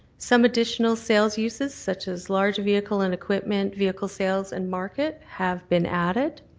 some additional sales uses such as large vehicle and equipment vehicle sales and market have been added.